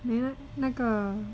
eh 那个